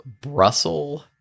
Brussels